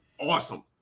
awesome